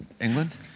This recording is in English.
England